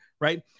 right